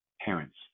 parents